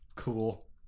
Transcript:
cool